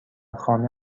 خانه